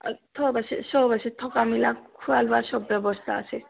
চব আছে চব আছে থকা মেলা খোৱা লোৱা চব ব্যৱস্থা আছে